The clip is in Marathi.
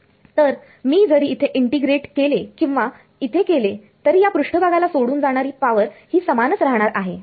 तर मी जरी इथे इंटिग्रेट केले किंवा इथे केले तरी या पृष्ठभागाला सोडून जाणारी पावर ही समानच राहणार आहे